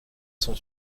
son